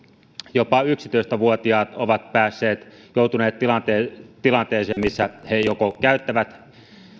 jopa yksitoista vuotiaat ovat joutuneet tilanteeseen missä he joko käyttävät